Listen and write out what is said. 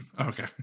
Okay